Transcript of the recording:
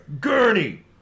Gurney